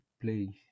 play